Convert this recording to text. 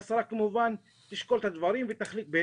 השרה כמובן תשקול את הדברים ותחליט בהתאם.